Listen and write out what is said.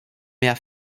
mehr